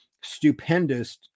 stupendous